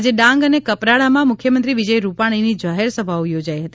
આજે ડાંગ અને કપરાડામાં મુખ્યમંત્રી શ્રી વિજય રૂપાણીની જાહેરસભાઓ યોજાઇ હતી